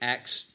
Acts